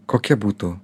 kokia būtų